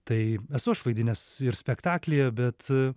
tai esu aš vaidinęs ir spektaklyje bet